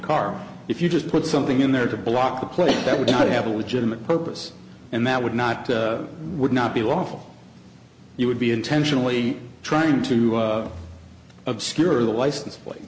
car if you just put something in there to block the place that would not have a legitimate purpose and that would not would not be lawful you would be intentionally trying to obscure the license plate